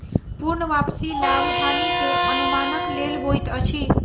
पूर्ण वापसी लाभ हानि के अनुमानक लेल होइत अछि